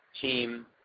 Team